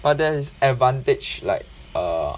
but there's advantage like err